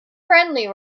friendly